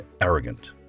arrogant